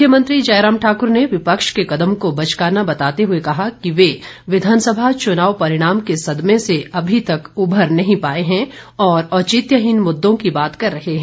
मुख्यमंत्री जयराम ठाक्र ने विपक्ष के कदम को बचकाना बताते हए कहा कि वे विधानसभा चुनाव परिणाम के सदमे से अभी तक उभर नहीं पाए हैं और औचित्यहीन मुद्दों की बात कर रहे हैं